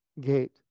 gate